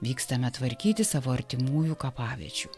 vykstame tvarkyti savo artimųjų kapaviečių